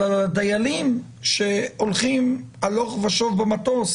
אבל על הדיילים שהולכים הלוך ושוב במטוס